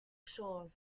shores